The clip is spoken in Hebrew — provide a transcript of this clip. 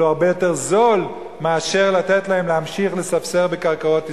אבל הוא הרבה יותר זול מאשר לתת להם להמשיך לספסר בקרקעות ישראל.